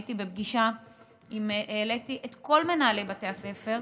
הייתי בפגישה, העליתי את כל מנהלי בתי הספר,